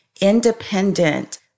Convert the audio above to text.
independent